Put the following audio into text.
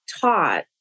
taught